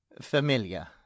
familiar